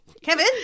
Kevin